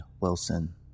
Wilson